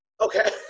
okay